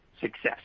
success